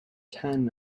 ten